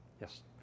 Yes